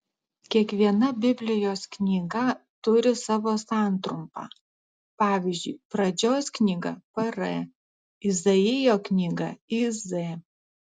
kiekviena biblijos knyga turi savo santrumpą pavyzdžiui pradžios knyga pr izaijo knyga iz